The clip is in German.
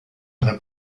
einer